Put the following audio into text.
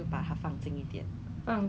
employed 的 but then 是很